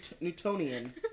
newtonian